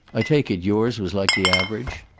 i take it yours was like the average.